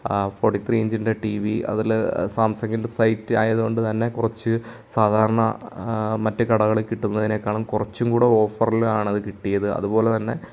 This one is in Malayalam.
ആ ഫോർട്ടി ത്രീ ഇഞ്ചിൻ്റെ ടി വി അതിൽ സാംസങ്ങിൻ്റെ സൈറ്റ് ആയതുകൊണ്ട് തന്നെ കുറച്ച് സാധാരണ മറ്റു കടകളിൽ കിട്ടുന്നതിനേക്കാളും കുറച്ചും കൂടെ ഓഫറിലാണ് അത് കിട്ടിയത് അതുപോലെ തന്നെ